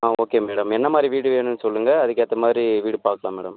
ஆ okay madam என்னமாதிரி வீடு வேணும்ன்னு சொல்லுங்கள் அதுக்கேற்ற மாதிரி வீடு பார்க்கலாம் மேடம்